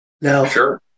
Now